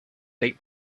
date